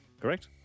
correct